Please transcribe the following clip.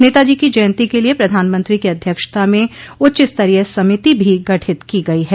नेताजी की जयंती के लिए प्रधानमंत्री की अध्यक्षता में उच्चस्तरीय समिति भी गठित की गई है